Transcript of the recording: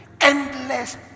endless